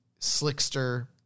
slickster